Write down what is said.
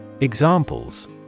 Examples